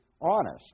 honest